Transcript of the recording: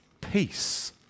peace